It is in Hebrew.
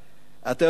אתה יודע,